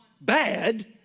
bad